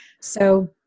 So-